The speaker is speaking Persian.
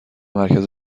مرکز